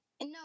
No